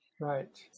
Right